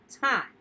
time